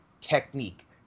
technique